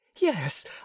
Yes